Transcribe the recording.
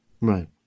Right